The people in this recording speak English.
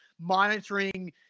monitoring